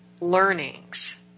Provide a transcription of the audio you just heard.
learnings